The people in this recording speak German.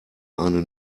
eine